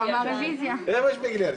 תודה רבה.